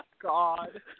God